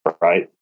right